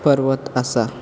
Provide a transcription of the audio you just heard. पर्वत आसा